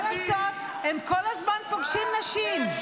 מה לעשות, הם כל הזמן פוגשים נשים.